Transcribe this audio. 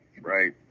right